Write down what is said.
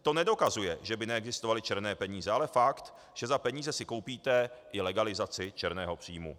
To nedokazuje, že by neexistovaly černé peníze, ale fakt, že za peníze si koupíte i legalizaci černého příjmu.